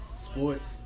sports